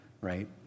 right